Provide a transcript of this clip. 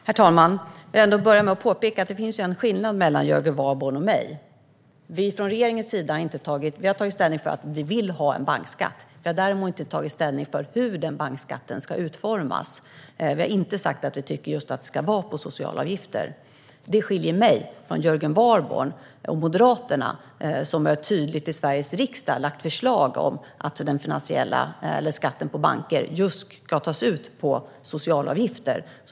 Herr talman! Jag vill börja med att påpeka att det finns en skillnad mellan Jörgen Warborn och mig. Vi från regeringens sida har tagit ställning för att vi vill ha en bankskatt. Vi har däremot inte tagit ställning till hur denna bankskatt ska utformas. Vi har inte sagt att vi tycker att den ska vara på just socialavgifter. Detta skiljer mig från Jörgen Warborn och Moderaterna, som tydligt i Sveriges riksdag har lagt fram förslag om att den finansiella skatten på banker ska tas ut just på sociala avgifter.